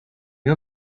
you